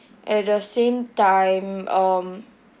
at the same time um